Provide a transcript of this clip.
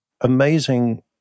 amazing